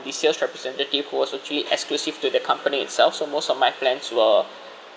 the sales representative who was actually exclusive to the company itself so most of my plans were